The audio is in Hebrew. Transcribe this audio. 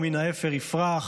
מן האפר יפרח".